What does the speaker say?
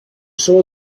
saw